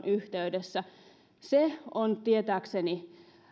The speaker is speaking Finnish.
yhteydessä on tietääkseni